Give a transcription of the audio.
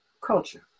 Culture